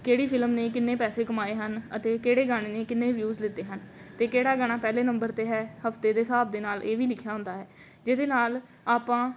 ਕਿਹੜੀ ਫਿਲਮ ਨੇ ਕਿੰਨੇ ਪੈਸੇ ਕਮਾਏ ਹਨ ਅਤੇ ਕਿਹੜੇ ਗਾਣੇ ਨੇ ਕਿੰਨੇ ਵਿਊਜ ਲਿੱਤੇ ਹਨ ਅਤੇ ਕਿਹੜਾ ਗਾਣਾ ਪਹਿਲੇ ਨੰਬਰ 'ਤੇ ਹੈ ਹਫਤੇ ਦੇ ਹਿਸਾਬ ਦੇ ਨਾਲ ਇਹ ਵੀ ਲਿਖਿਆ ਹੁੰਦਾ ਹੈ ਜਿਹਦੇ ਨਾਲ ਆਪਾਂ